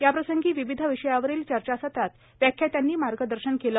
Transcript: याप्रसंगी विविध विषयावरील चर्चासत्रात व्याख्यात्यांनी मार्गदर्शन केले